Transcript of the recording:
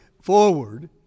forward